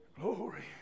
Glory